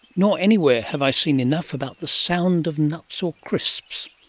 nor anywhere have i seen enough about the sound of nuts or crisps.